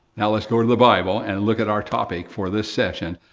now, let's go to the bible and look at our topic for this session.